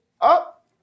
up